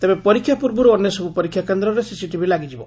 ତେବେ ପରୀକ୍ଷା ପୂର୍ବରୁ ଅନ୍ୟସବୁ ପରୀକ୍ଷା କେନ୍ଦ୍ରରେ ସିସିଟିଭି ଲାଗିଯିବ